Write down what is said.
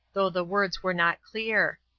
though the words were not clear.